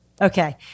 Okay